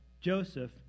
joseph